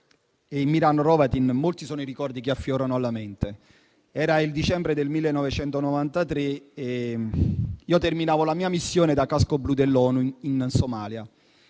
e Miran Hrovatin molti sono i ricordi che affiorano alla mente. Era il dicembre del 1993 e io terminavo la mia missione da casco blu dell'ONU in Somalia.